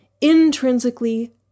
intrinsically